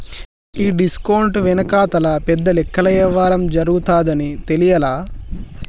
ఈ డిస్కౌంట్ వెనకాతల పెద్ద లెక్కల యవ్వారం జరగతాదని తెలియలా